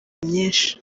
myinshi